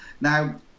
Now